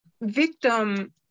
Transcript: victim